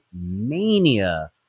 mania